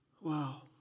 Wow